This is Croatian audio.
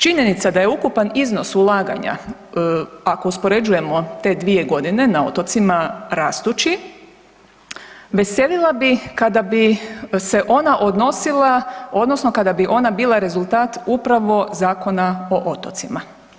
Činjenica da je ukupan iznos ulaganja ako uspoređujemo te 2.g. na otocima rastući, veselila bi kada bi se ona odnosila odnosno kada bi ona bila rezultat upravo Zakona o otocima.